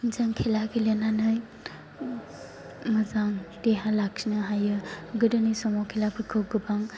जों खेला गेलेनानै मोजां देहा लाखिनो हायो गोदोनि समाव खेलाफोरखौ गोबां